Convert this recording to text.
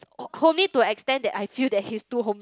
homely to an extent that I feel that he's too home~